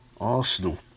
Arsenal